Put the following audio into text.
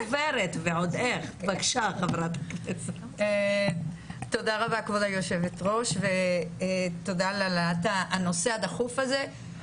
תודה רבה כבוד היושבת-ראש ותודה על העלאת הנושא הדחוף הזה.